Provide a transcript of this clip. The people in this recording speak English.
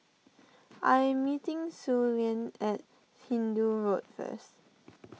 I am meeting Suellen at Hindoo Road first